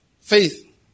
Faith